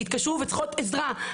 התקשרו וצריכות עזרה,